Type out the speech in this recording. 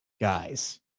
guys